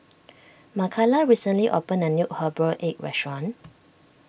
Makaila recently opened a new Herbal Egg restaurant